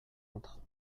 entre